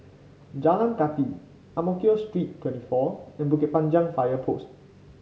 Jalan Kathi Ang Mo Kio Street twenty four and Bukit Panjang Fire Post